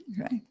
right